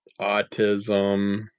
autism